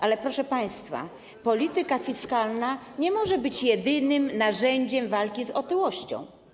Ale, proszę państwa, polityka fiskalna nie może być jedynym narzędziem walki z otyłością.